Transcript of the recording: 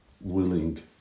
willing